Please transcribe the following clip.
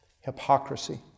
Hypocrisy